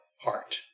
heart